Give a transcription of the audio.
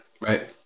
right